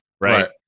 right